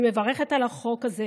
אני מברכת על החוק הזה,